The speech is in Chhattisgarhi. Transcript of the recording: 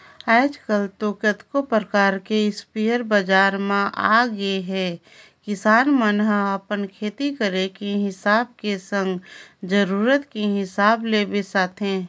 आजकल तो कतको परकार के इस्पेयर बजार म आगेहे किसान मन ह अपन खेती करे के हिसाब के संग जरुरत के हिसाब ले बिसाथे